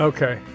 Okay